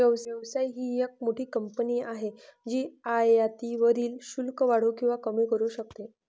व्यवसाय ही एक मोठी कंपनी आहे जी आयातीवरील शुल्क वाढवू किंवा कमी करू शकते